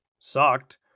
sucked